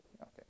Okay